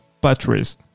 batteries